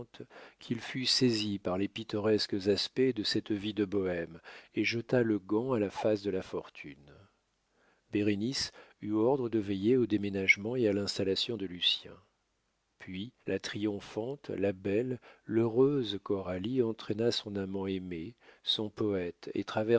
qu'il fut saisi par les pittoresques aspects de cette vie de bohême et jeta le gant à la face de la fortune bérénice eut ordre de veiller au déménagement et à l'installation de lucien puis la triomphante la belle l'heureuse coralie entraîna son amant aimé son poète et